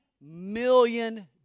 million